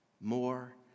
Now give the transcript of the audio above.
More